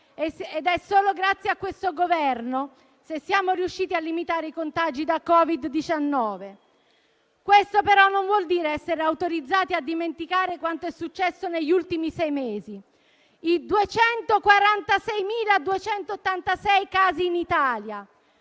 ed è solo grazie a questo Governo se siamo riusciti a limitare i contagi da Covid-19. Questo però non vuol dire essere autorizzati a dimenticare quanto è successo negli ultimi sei mesi: i 246.286 casi in Italia,